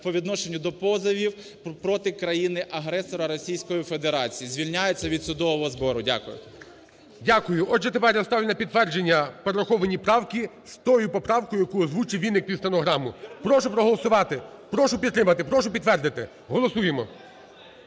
"по відношенню до позовів проти країни-агресора Російської Федерації звільняються від судового збору". Дякую. ГОЛОВУЮЧИЙ. Дякую. Отже, тепер я ставлю на підтвердження перераховані правки з тою поправкою, яку озвучивВінник під стенограму. Прошу проголосувати, прошу підтримати, прошу підтвердити. Голосуємо,